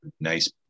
nice